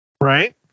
Right